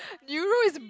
Neuro is